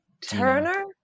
Turner